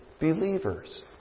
believers